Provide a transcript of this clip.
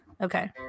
okay